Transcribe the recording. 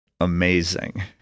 amazing